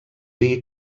dir